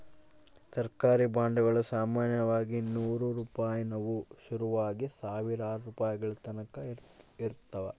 ಸರ್ಕಾರಿ ಬಾಂಡುಗುಳು ಸಾಮಾನ್ಯವಾಗಿ ನೂರು ರೂಪಾಯಿನುವು ಶುರುವಾಗಿ ಸಾವಿರಾರು ರೂಪಾಯಿಗಳತಕನ ಇರುತ್ತವ